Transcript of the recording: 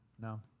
No